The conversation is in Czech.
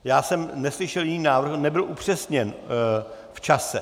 Já jsem neslyšel jiný návrh, nebyl upřesněn v čase.